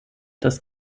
das